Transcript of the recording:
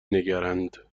نگرند